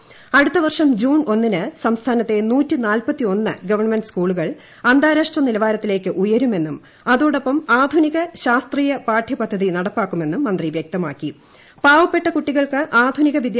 ട്ട്അടുത്ത വർഷം ജൂൺ ഒന്നിന് സംസ്ഥാനത്തെ പുദ്ധി ഗവൺമെന്റ് സ്കൂളുകൾ അന്താരാഷ്ട്ര നിലവാരത്തിലേക്ക് ഉയരുമെന്നും അതോടൊപ്പം ആധുനിക ്ശാസ്ത്രീയ് പ്ലാറ്റ്യപദ്ധതി നടപ്പാക്കുമെന്നും മന്ത്രി ്ട് പാവപ്പെട്ട കുട്ടികൾക്ക് ആധുനിക വ്യക്തമാക്കി